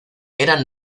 eran